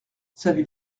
savez